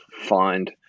find